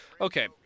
Okay